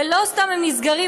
ולא סתם הם נסגרים,